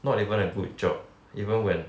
not even a good job even when